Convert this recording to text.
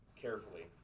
carefully